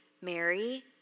Mary